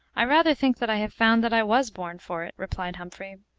i rather think that i have found that i was born for it, replied humphrey,